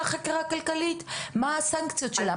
מה הסנקציות שלה?